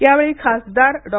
यावेळी खासदार डॉ